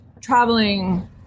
traveling